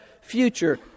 future